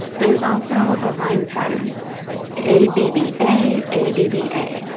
there's also a rhyme pattern a b b a a b b a,